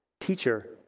teacher